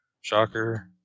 Shocker